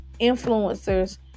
influencers